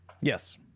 yes